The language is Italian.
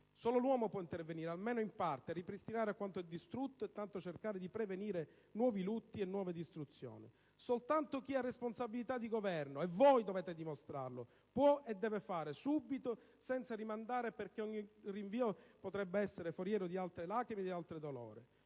Solo l'uomo può intervenire, almeno in parte, a ripristinare quanto distrutto e, intanto, cercare di prevenire nuovi lutti e nuove distruzioni. Soltanto chi ha responsabilità di governo - e voi dovete dimostrare di sapervi far fronte - può e deve fare subito, senza rimandare, perché ogni rinvio potrebbe essere foriero di altre lacrime e di altro dolore.